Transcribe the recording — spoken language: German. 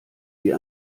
wie